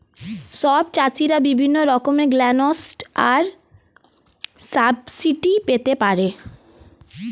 সব চাষীরা বিভিন্ন রকমের গ্র্যান্টস আর সাবসিডি পেতে পারে